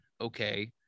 okay